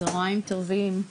צוהריים טובים,